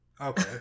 Okay